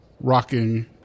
Rocking